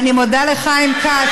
אני מודה לחיים כץ,